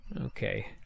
Okay